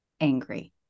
angry